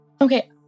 okay